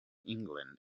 england